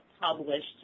published